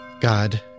God